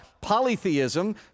Polytheism